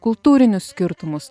kultūrinius skirtumus